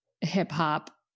hip-hop